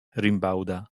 rimbauda